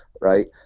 right